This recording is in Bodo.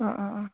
अह अह अह